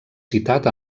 citat